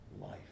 life